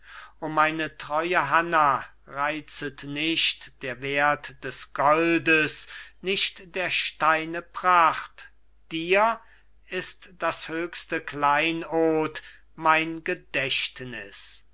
o meine treue hanna reizet nicht der wert des goldes nicht der steine pracht dir ist das höchtste kleinod mein gedächtnis